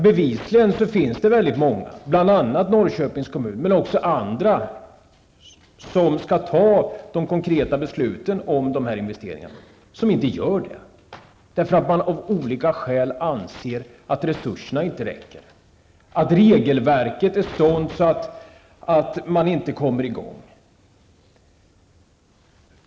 Bevisligen finns det väldigt många, bl.a. Norrköpings kommun, som har att fatta konkreta beslut om investeringar i detta sammanhang men som inte gör det. Av olika skäl anser man att resurserna inte räcker. Vidare menar man att regelverket är så beskaffat att det inte är möjligt att komma i gång.